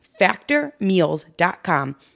factormeals.com